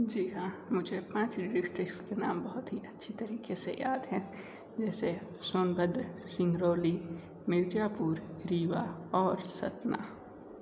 जी हाँ मुझें पाँच डिस्ट्रिक्ट के नाम बहुत ही अच्छे तरीके से याद है जैसे सोनभद्र सिगरौली मिर्जापुर रीवा और सतना